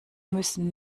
müssen